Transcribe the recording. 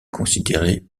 considéré